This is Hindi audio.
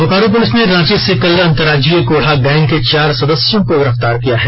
बोकारो पुलिस ने रांची से कल अंतरराज्यीय कोढ़ा गैंग के चार सदस्यों को गिरफ्तार किया है